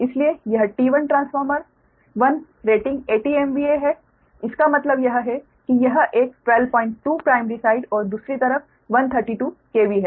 इसलिए यह T1 transformer 1 rating 80 MVA है इसका मतलब यह है कि यह एक 122 प्राइमरी साइड और दूसरी तरफ 132 KV है